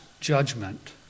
judgment